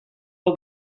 hau